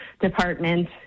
department